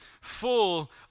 full